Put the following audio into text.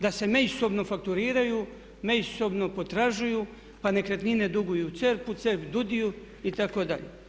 Da se međusobno fakturiraju, međusobno potražuju pa Nekretnine duguju CERP-u, CERP DUUDI-u itd.